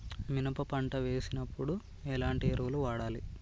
మినప పంట వేసినప్పుడు ఎలాంటి ఎరువులు వాడాలి?